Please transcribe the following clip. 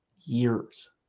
years